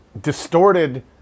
distorted